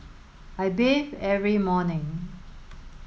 I bathe every morning